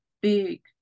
big